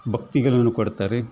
ಭಕ್ತಿಗಳನ್ನು ಕೊಡ್ತಾರೆ